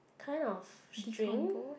kind of string